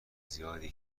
زیادی